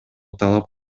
талап